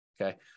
okay